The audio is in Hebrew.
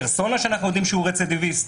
פרסונה שאנחנו יודעים שהוא רצידיביסט.